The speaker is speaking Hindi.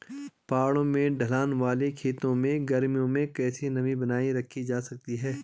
पहाड़ों में ढलान वाले खेतों में गर्मियों में कैसे नमी बनायी रखी जा सकती है?